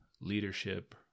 leadership